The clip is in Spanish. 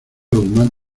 guzmán